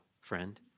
friend